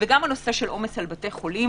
וגם הנושא של עומס על בתי חולים